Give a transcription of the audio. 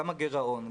גם הגירעון,